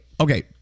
okay